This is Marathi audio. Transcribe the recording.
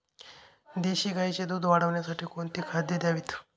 देशी गाईचे दूध वाढवण्यासाठी कोणती खाद्ये द्यावीत?